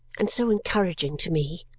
and so encouraging to me!